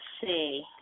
see